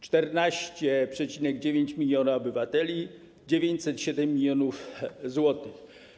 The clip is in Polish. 14,9 mln obywateli, 907 mln zł.